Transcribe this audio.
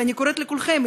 ואני קוראת לכולכם,